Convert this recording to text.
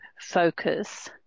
focus